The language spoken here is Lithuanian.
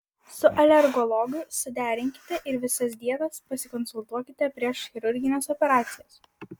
su alergologu suderinkite ir visas dietas pasikonsultuokite prieš chirurgines operacijas